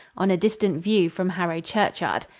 on a distant view from harrow churchyard,